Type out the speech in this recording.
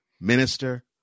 minister